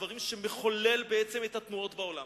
דברים שמחוללים בעצם את התנועות בעולם.